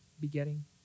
begetting